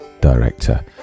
director